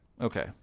Okay